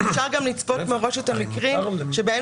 אז אפשר לצפות מראש את המקרים שבהם